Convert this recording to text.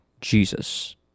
Jesus